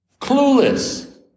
Clueless